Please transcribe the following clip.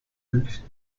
münchen